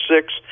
six